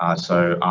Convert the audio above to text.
um so